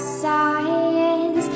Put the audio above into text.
science